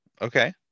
Okay